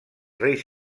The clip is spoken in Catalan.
reis